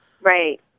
right